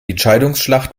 entscheidungsschlacht